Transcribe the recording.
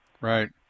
Right